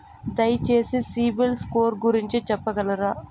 దయచేసి సిబిల్ స్కోర్ గురించి చెప్పగలరా?